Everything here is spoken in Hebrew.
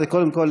קודם כול,